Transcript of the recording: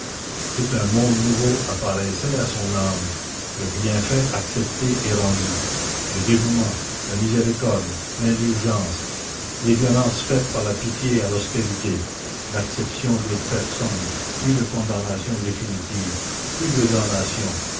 tout un monde nouveau apparaissait à son âme le bienfait accepté et rendu le dévouement la miséricorde l'indulgence les violences faites par la pitié à l'austérité l'acception de personnes plus de condamnation définitive plus de damnation